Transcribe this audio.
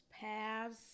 paths